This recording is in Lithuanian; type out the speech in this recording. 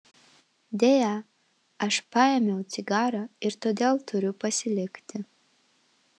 deja aš paėmiau cigarą ir todėl turiu pasilikti